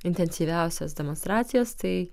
intensyviausios demonstracijos tai